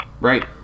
Right